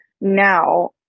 now